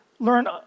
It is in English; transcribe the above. learn